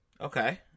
Okay